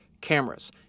cameras